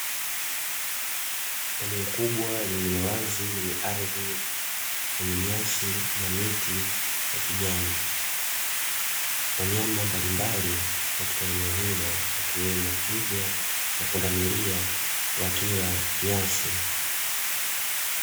Eneo kubwa lililowazi lenye ardhi yenye nyasi na miti ya kijani, wanyama mbalimbali katika eneo hilo wakiwemo twiga na pundamilia wakila nyasi.